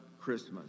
Christmas